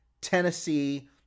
Tennessee